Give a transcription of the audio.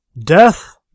death